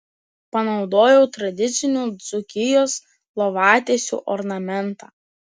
panaudojau tradicinių dzūkijos lovatiesių ornamentą